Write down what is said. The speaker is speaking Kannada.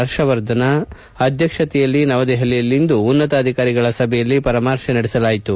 ಹರ್ಷವರ್ಧನ್ ಅಧ್ಯಕ್ಷತೆಯಲ್ಲಿ ನವದೆಪಲಿಯಲ್ಲಿಂದು ಉನ್ನತಾಧಿಕಾರಿಗಳ ಸಭೆಯಲ್ಲಿ ಪರಾಮರ್ಶೆ ನಡೆಸಲಾಯಿತು